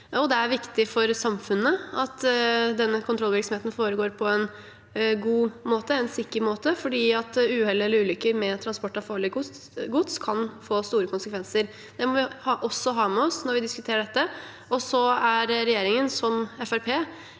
det er viktig for samfunnet at denne kontrollvirksomheten foregår på en god og sikker måte, fordi uhell eller ulykker med transport av farlig gods kan få store konsekvenser. Det må vi også ha med oss når vi diskuterer dette.